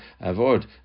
Avoid